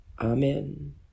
Amen